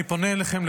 אני פונה אליכם,